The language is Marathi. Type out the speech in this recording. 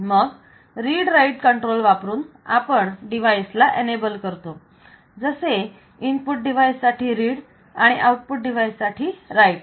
मग रीड राईट कंट्रोल वापरून आपण डिवाइस ला एनेबल करतो जसे इनपुट डिवाइस साठी रीड आणि आउटपुट डिवाइस साठी राईट